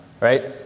right